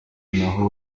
naho